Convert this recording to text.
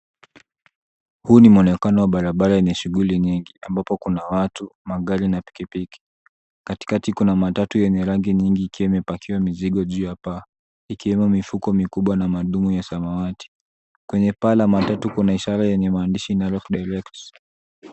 Huu ni muonekano wa barabara yenye shughuli nyingi ambapo kuna watu, magari na pikipiki. Katikati kuna matatu yenye rangi nyingi ikiwa imepakiwa mizigo juu ya paa. Ikiwemo mifuko mikubwa na madumu ya samawati. Kwenye paa la matatu kuna ishara yenye maandishi Nairobi direct .